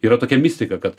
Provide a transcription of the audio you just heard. yra tokia mistika kad